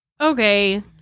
okay